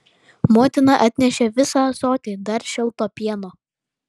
motina atnešė visą ąsotį dar šilto pieno